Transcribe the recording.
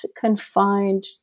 confined